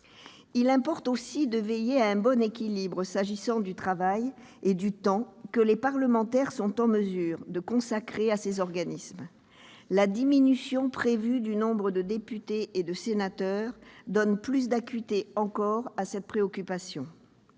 Il importe aussi de veiller à un bon équilibre, s'agissant du travail et du temps que les parlementaires sont en mesure de consacrer à ces organismes. La diminution prévue du nombre de députés et de sénateurs donne plus d'acuité encore à cette préoccupation.